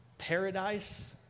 paradise